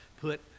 put